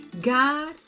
God